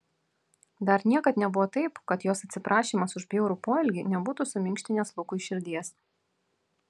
dar niekad nebuvo taip kad jos atsiprašymas už bjaurų poelgį nebūtų suminkštinęs lukui širdies